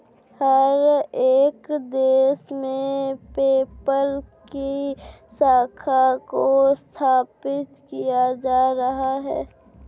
हर एक देश में पेपल की शाखा को स्थापित किया जा रहा है